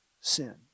sin